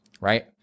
right